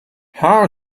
how